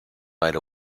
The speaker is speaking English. ride